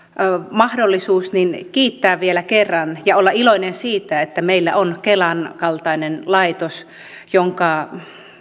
mahdollisuus kiittää vielä kerran ja olen iloinen siitä että meillä on kelan kaltainen laitos jonka